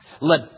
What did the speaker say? let